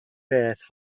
beth